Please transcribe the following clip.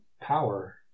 power